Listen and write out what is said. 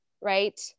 right